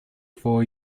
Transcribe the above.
four